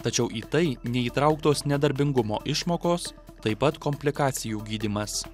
tačiau į tai neįtrauktos nedarbingumo išmokos taip pat komplikacijų gydymas